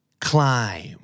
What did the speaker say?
Climb